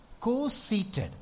co-seated